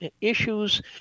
issues